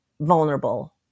vulnerable